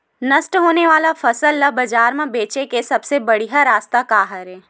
नष्ट होने वाला फसल ला बाजार मा बेचे के सबले बढ़िया रास्ता का हरे?